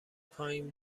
پایین